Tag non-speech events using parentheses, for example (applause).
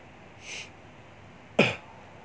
(coughs)